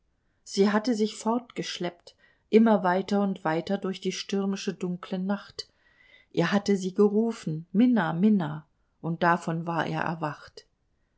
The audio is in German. sie hatte sich fortgeschleppt immer weiter und weiter durch die stürmische dunkle nacht er hatte sie gerufen minna minna und davon war er erwacht